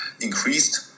increased